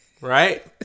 Right